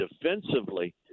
defensively